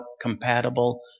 compatible